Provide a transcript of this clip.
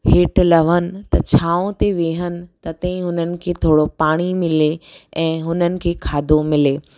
हेठि लहनि त छांव ते विहनि त तीअं हुननि खे थोरो पाणी मिले ऐं हुननि खे खाधो मिले